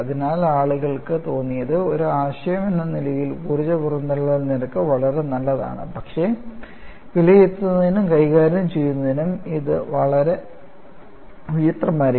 അതിനാൽ ആളുകൾക്ക് തോന്നിയത് ഒരു ആശയം എന്ന നിലയിൽ ഊർജ്ജ പുറന്തള്ളൽ നിരക്ക് വളരെ നല്ലതാണ് പക്ഷേ വിലയിരുത്തുന്നതിനും കൈകാര്യം ചെയ്യുന്നതിനും ഇത് വളരെ വിചിത്രമായിരുന്നു